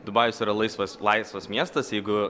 dubajus yra laisvas laisvas miestas jeigu